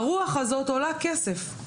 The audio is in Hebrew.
הרוח הזאת עולה כסף.